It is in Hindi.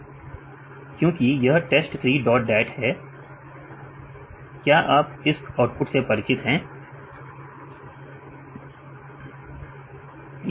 क्योंकि यह test three dot dat है क्या आप इस आउटपुट से परिचित हैं विद्यार्थी